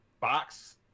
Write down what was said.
box